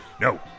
No